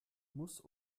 muss